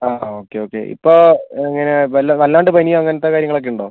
അ okay okay ഇപ്പോൾ ഇങ്ങനെ വല്ലാണ്ട് പനിയോ അങ്ങനത്തെ കാര്യങ്ങളൊക്കെ ഉണ്ടോ